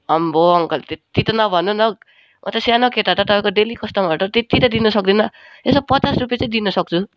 अम्बो uncle त्यति त नभन्नु न हौ म त सानो केटा त तपाईँको डेली कस्टमर हो त त्यति त दिन सक्दिनँ यसो पचास रुपियाँ चाहिँ दिन सक्छु